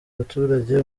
baturage